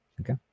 Okay